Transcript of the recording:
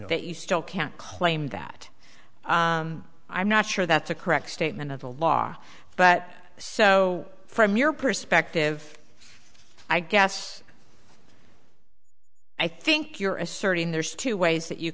that you still can't claim that i'm not sure that's a correct statement of the law but so from your perspective i guess i think you're asserting there's two ways that you